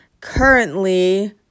currently